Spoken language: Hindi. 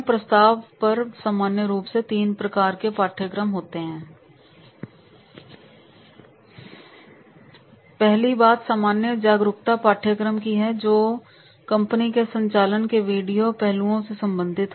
प्रस्ताव पर सामान्य रूप से तीन प्रकार के पाठ्यक्रम होते हैं पहली बात सामान्य जागरूकता पाठ्यक्रम कि है जो कंपनी के संचालन के वीडियो पहलुओं से संबंधित है